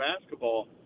basketball